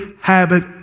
habit